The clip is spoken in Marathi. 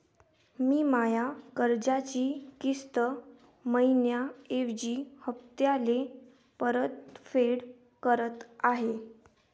मी माया कर्जाची किस्त मइन्याऐवजी हप्त्याले परतफेड करत आहे